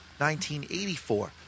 1984